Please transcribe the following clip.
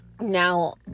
now